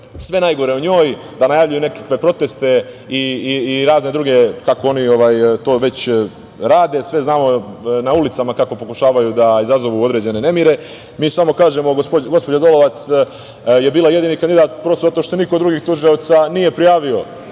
sve najgore o njoj, da najavljuju nekakve proteste i razne druge, kako oni već to rade. Sve znamo, na ulicama kako pokušavaju da izazovu određene nemire. Mi samo kažemo, gospođa Dolovac je bila jedini kandidat, prosto zato što se niko drugi od tužilaca nije prijavio